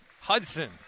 Hudson